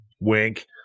Wink